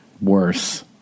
Worse